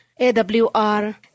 AWR